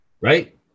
right